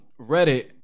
Reddit